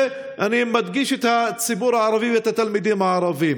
ואני מדגיש את הציבור הערבי ואת התלמידים הערבים.